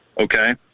Okay